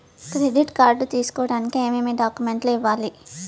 credit card తీసుకోడానికి ఏమేమి డాక్యుమెంట్లు ఇవ్వాలి